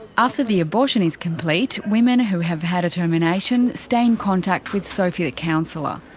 after the abortion is complete, women who have had a termination stay in contact with sophie the counsellor.